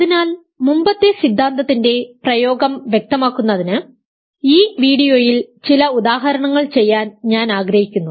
അതിനാൽ മുമ്പത്തെ സിദ്ധാന്തത്തിന്റെ പ്രയോഗംവ്യക്തമാക്കുന്നതിന് ഈ വീഡിയോയിൽ ചില ഉദാഹരണങ്ങൾ ചെയ്യാൻ ഞാൻ ആഗ്രഹിക്കുന്നു